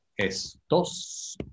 estos